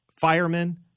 Firemen